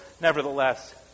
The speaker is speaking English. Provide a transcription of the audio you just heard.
Nevertheless